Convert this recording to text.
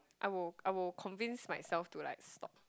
I will I will convince myself to like stop